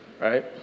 right